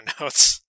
notes